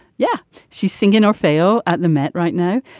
yeah she's singing or fail at the met right now.